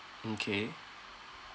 mm K